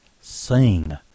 sing